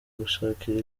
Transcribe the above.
gushakira